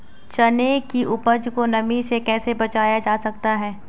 चने की उपज को नमी से कैसे बचाया जा सकता है?